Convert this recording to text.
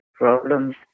problems